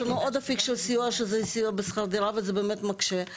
יש לנו עוד אפיק של סיוע בשכר דירה וזה באמת מקשה,